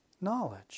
knowledge